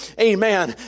amen